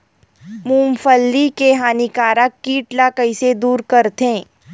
मूंगफली के हानिकारक कीट ला कइसे दूर करथे?